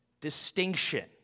distinction